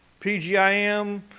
PGIM